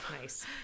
nice